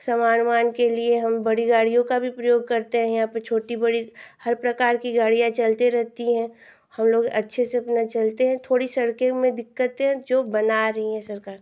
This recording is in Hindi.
सामान उमान के लिये हम बड़ी गाड़ियों का भी प्रयोग करते हैं या पे छोटी बड़ी हर प्रकार कि गाडियाँ चलती रहती हैं हम लोग अच्छे से अपना चलते हैं थोड़ी सड़कें में दिक्कतें हैं जो बना रही हैं सरकार